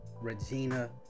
regina